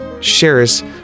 shares